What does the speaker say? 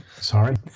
Sorry